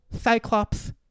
Cyclops